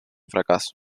fracaso